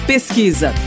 Pesquisa